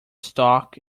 stock